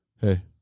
hey